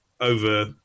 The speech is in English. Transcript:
over